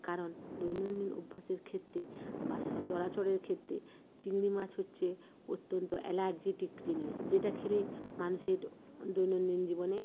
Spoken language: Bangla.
কারণ দৈনন্দিন অভ্যাসের ক্ষেত্রে বা সচরাচরের ক্ষেত্রে চিংড়ি মাছ হচ্ছে অত্যন্ত অ্যালার্জিটিক জিনিস যেটা খেলে মানুষের দৈনন্দিন জীবনে